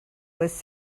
was